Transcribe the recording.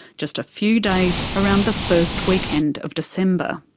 just a few days around the first weekend of december.